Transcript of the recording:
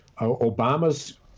Obama's